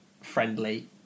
friendly